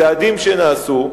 צעדים שנעשו,